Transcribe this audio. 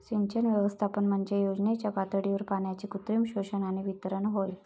सिंचन व्यवस्थापन म्हणजे योजनेच्या पातळीवर पाण्याचे कृत्रिम शोषण आणि वितरण होय